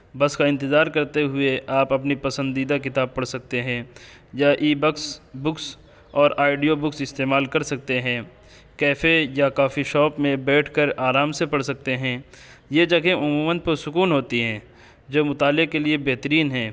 بس کا انتظار کرتے ہوئے آپ اپنی پسندیدہ کتاب پڑھ سکتے ہیں یا ای بکس بکس اور آڈیو بکس استعمال کر سکتے ہیں کیفے یا کافی شاپ میں بیٹھ کر آرام سے پڑھ سکتے ہیں یہ جگہ عموماً پرسکون ہوتی ہیں جو مطالعے کے لیے بہترین ہیں